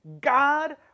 God